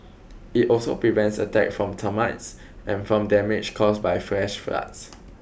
it also prevents attacks from termites and from damage caused by flash floods